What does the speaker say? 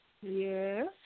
Yes